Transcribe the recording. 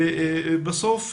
לבסוף,